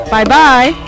bye-bye